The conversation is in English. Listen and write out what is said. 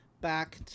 back